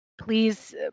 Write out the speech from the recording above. please